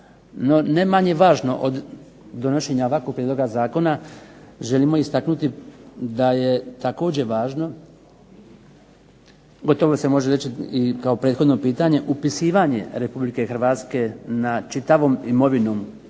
ne manje važno od donošenja ovakvog prijedloga zakona želimo istaknuti da je također važno, gotovo se može reći i kao prethodno pitanje, upisivanje RH nad čitavom imovinom